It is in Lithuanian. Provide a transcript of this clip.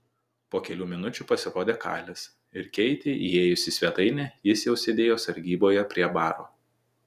po kelių minučių pasirodė kalis ir keitei įėjus į svetainę jis jau sėdėjo sargyboje prie baro